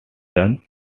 runs